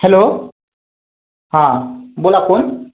hello हां बोला कोण